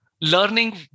learning